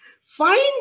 find